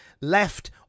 left